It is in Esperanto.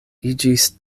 iĝis